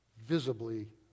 visibly